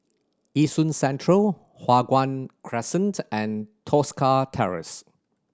Yishun Central Hua Guan Crescent and Tosca Terrace